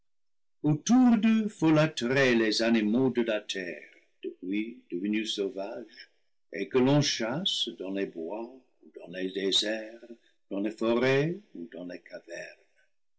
autour d'eux folâtraient les animaux de la terre depuis devenus sauvages et que l'on chasse dans les bois ou dans les déserts dans les forêts ou dans les cavernes